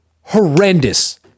Horrendous